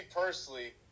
personally